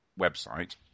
website